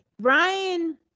Ryan